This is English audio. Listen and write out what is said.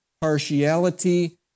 partiality